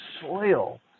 soil